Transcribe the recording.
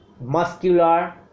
muscular